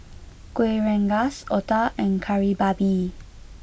Kuih Rengas Otah and Kari Babi